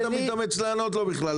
מה אתה מתאמץ לענות לו בכלל,